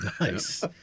Nice